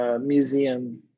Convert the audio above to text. museum